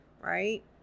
right